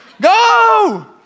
Go